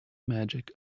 magic